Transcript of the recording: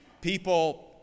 people